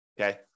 okay